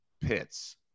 pits